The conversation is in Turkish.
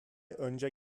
önce